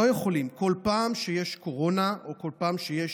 לא יכולים בכל פעם שיש קורונה או בכל פעם שיש